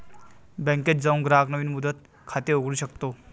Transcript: बँकेत जाऊन ग्राहक नवीन मुदत खाते उघडू शकतो